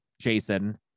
Jason